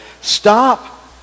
Stop